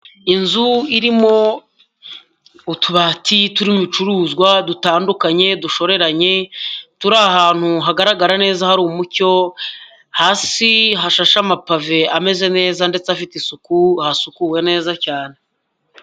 Inzu irimo utubati, turimo ibicuruzwa dutandukanye dushoreranye, turi ahantu hagaragara neza hari umucyo, hasi hashashe amapave ameze neza ndetse afite isuku, hasukuwe neza cyane.